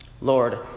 Lord